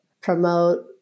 promote